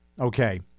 okay